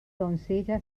doncella